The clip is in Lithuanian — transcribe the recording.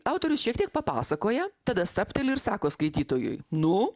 autorius šiek tiek papasakoja tada stabteli ir sako skaitytojui nu